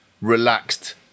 relaxed